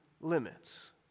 limits